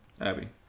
abby